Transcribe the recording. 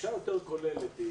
הגישה היותר כוללת היא